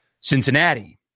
Cincinnati